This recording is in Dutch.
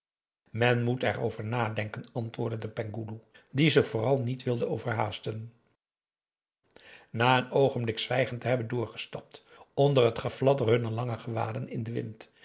men moet erover nadenken antwoordde de penghoeloe die zich vooral niet wilde overhaasten na een oogenblik zwijgend te hebben doorgestapt onder het gefladder hunner lange gewaden in den wind